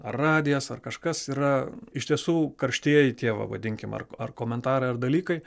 radijas ar kažkas yra iš tiesų karštieji tie va vadinkim ar ar komentarai ar dalykai